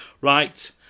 Right